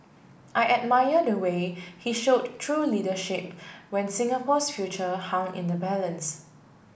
I admire the way he showed true leadership when Singapore's future hung in the balance